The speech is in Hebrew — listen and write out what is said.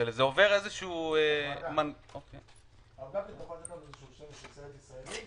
זה עובר איזשהו ------ יכול לתת שם של סרט ישראלי?